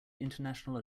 international